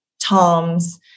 Tom's